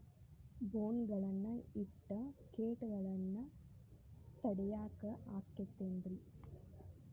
ಬೋನ್ ಗಳನ್ನ ಇಟ್ಟ ಕೇಟಗಳನ್ನು ತಡಿಯಾಕ್ ಆಕ್ಕೇತೇನ್ರಿ?